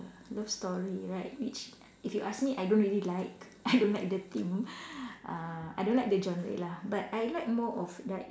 love story like which if you ask me I don't really like I don't like the theme uh I don't like the genre lah but I like more of like